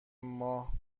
ماه